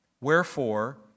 Wherefore